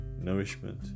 nourishment